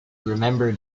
remembered